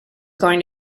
going